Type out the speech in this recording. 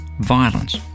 violence